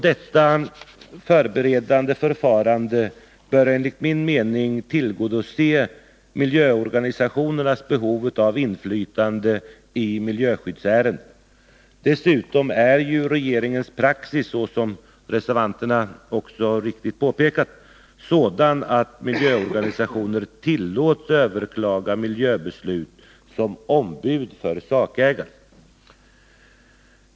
Detta förberedande förfarande bör enligt min mening tillgodose miljöorganisationernas behov av inflytande i miljöskyddsärenden. Dessutom är ju regeringens praxis, såsom reservanterna också riktigt har påpekat, sådan att miljöorganisationer tillåts överklaga miljöbeslut som ombud för sakägaren.